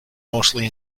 mostly